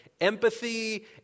empathy